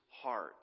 heart